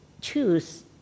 choose